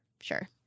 sure